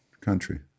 country